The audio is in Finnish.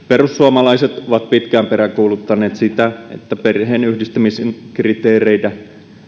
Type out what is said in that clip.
perussuomalaiset on pitkään peräänkuuluttanut sitä että perheenyhdistämisen kriteereitä